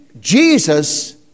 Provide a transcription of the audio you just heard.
Jesus